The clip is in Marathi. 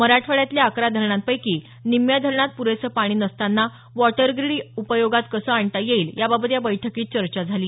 मराठवाड्यातल्या अकरा धरणांपैकी निम्म्या धरणांत पुरेसं पाणी नसतांना वॉटरग्रीड उपयोगात कसं आणता येईल याबाबत या बैठकीत चर्चा झाली